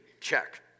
Check